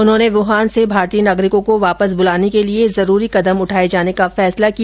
उन्होंने वुहान से भारतीय नागरिकों को वापस बुलाने के लिए जरूरी कदम उठाए जाने का फैसला किया